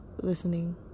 listening